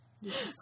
Yes